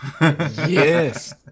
yes